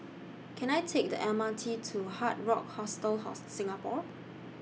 Can I Take The M R T to Hard Rock Hostel Singapore